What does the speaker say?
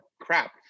crap